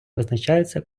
визначаються